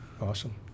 Awesome